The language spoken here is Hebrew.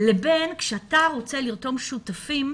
לבין כשאתה רוצה לרתום שותפים.